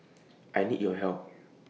I need your help